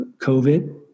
COVID